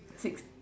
six